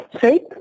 shape